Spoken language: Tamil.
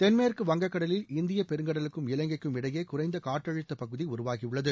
தென்மேற்கு வங்கக்கடலில் இந்திய பெருங்கடலுக்கும் இலங்கைக்கும் இடையே குறைந்த காற்றழுத்த பகுதி உருவாகியுள்ளது